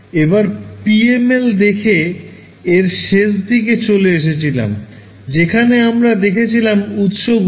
এবার PML দেখে এর শেষ দিকে চলে এসেছিলাম যেখানে আমরা দেখেছিলাম উৎস গুলো